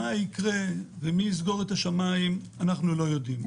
מה יקרה ומי יסגור את השמיים אנחנו לא יודעים.